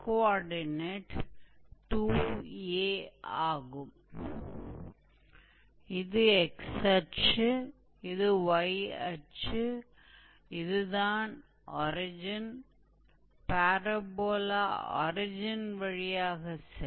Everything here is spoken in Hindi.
तो हम स्पष्ट रूप से देख सकते हैं कि यहां आवश्यक लंबाई दी जाएगी क्योंकि समीकरण 𝑥𝑓𝑦 प्रकार का है